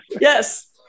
Yes